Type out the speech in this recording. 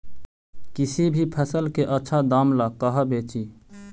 किसी भी फसल के आछा दाम ला कहा बेची?